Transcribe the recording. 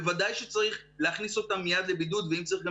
בוודאי שצריך להכניס אותם מייד לבידוד ואם צריך,